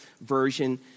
version